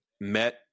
met